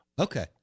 Okay